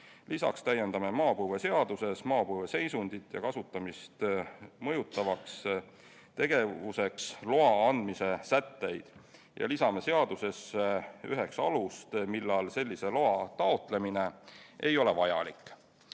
Lisaks täiendame maapõueseaduses maapõue seisundit ja kasutamist mõjutavaks tegevuseks loa andmise sätteid ja lisame seadusesse üheksa alust, millal sellise loa taotlemine ei ole vajalik.